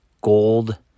gold